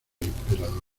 emperador